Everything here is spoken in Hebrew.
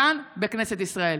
כאן, בכנסת ישראל.